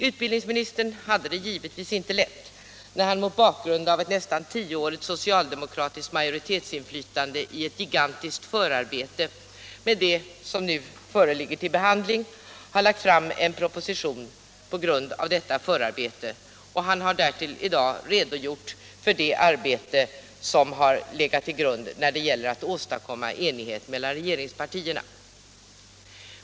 Utbildningsministern har givetvis inte haft det lätt när han mot bakgrund av ett nästan tioårigt socialdemokratiskt majoritetsinflytande i ett gigantiskt förarbete med det ärende som nu föreligger till behandling har lagt fram en proposition på grundval av detta förarbete. Han har därtill i dag redogjort för det arbete som har legat till grund för den enighet som nåtts mellan regeringspartierna.